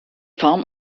form